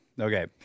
Okay